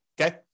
Okay